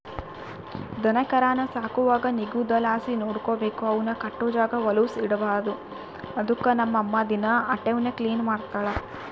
ದನಕರಾನ ಸಾಕುವಾಗ ನಿಗುದಲಾಸಿ ನೋಡಿಕಬೇಕು, ಅವುನ್ ಕಟ್ಟೋ ಜಾಗ ವಲುಸ್ ಇರ್ಬಾರ್ದು ಅದುಕ್ಕ ನಮ್ ಅಮ್ಮ ದಿನಾ ಅಟೇವ್ನ ಕ್ಲೀನ್ ಮಾಡ್ತಳ